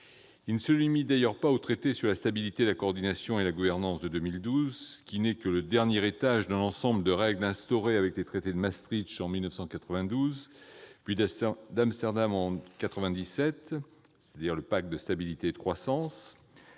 ne se limitent d'ailleurs pas au traité sur la stabilité, la coordination et la gouvernance de 2012, qui n'est que le dernier étage d'un ensemble de règles instaurées avec les traités de Maastricht en 1992, puis d'Amsterdam en 1997, à l'origine du pacte de stabilité et de croissance.